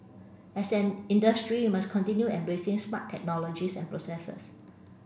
as an industry we must continue embracing smart technologies and processes